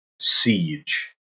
Siege